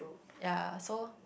ya so